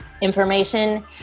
information